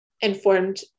informed